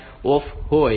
5 પણ સક્ષમ હોય